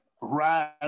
Rise